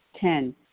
Ten